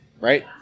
right